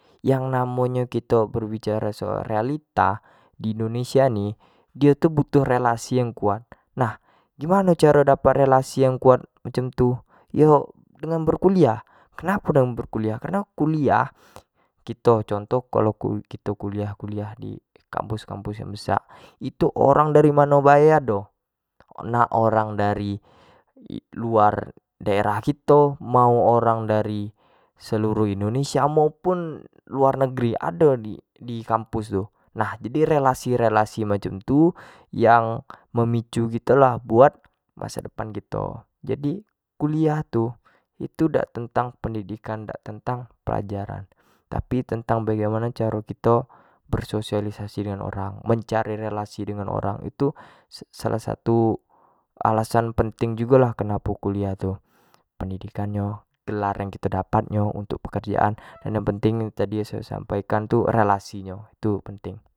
Yang namo nyo kito berbicara soal realita, di indonesia ni dio butuh relasi yang kuat nah gimano caro mendapatkan relasi yang kuat, macam tu yo dengan berkuliah, kenapo dalam bentuk kuliah, kareno kuliah contoh kalau kito-kito kuliah di kampus-kampus yang besak itu orang dari mano bae ado, nak orang dari luar daerah kito mau orang dari seluruh indonesia maupun luar negeri ado di kampus tu lah jadi relasi-relasi macam tu, yang memicu kito lah buat masa depan kito jadi kuliah tu, itu dak tentang pendidikan dan tentang pelajaran tapi tentang bagaimano caro kito, bersosialisai dengan orang, mencari relasi dengan orang, itu salah satu alasan penting jugo lah kenapo kuliah tu pendidikan nyo, gelar yang kito dapat kan untuk pekrejaan, dan yang penting yang sayo sampai kan tu relasi yang kito dapat kan itu penting.